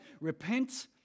repent